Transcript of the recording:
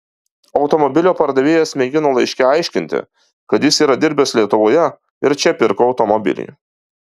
automobilio pardavėjas mėgino laiške aiškinti kad jis yra dirbęs lietuvoje ir čia pirko automobilį